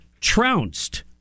trounced